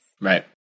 Right